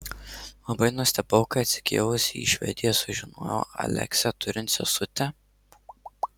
labai nustebau kai atsikėlusi į švediją sužinojau aleksę turint sesutę